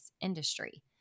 industry